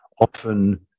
often